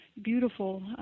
Beautiful